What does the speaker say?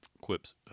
quips